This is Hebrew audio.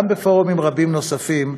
גם בפורומים רבים נוספים,